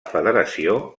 federació